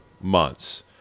months